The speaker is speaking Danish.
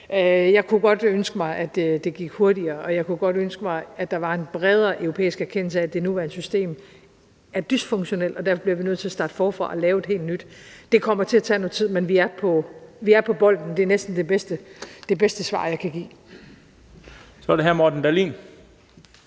Jeg kunne godt ønske mig, at det gik hurtigere, og jeg kunne godt ønske mig, at der var en bredere europæisk erkendelse af, at det nuværende system er dysfunktionelt, og at vi derfor bliver nødt til at starte forfra og lave et helt nyt. Det kommer til at tage noget tid, men vi er på bolden; det er næsten det bedste svar, jeg kan give. Kl. 14:00 Den fg.